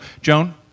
Joan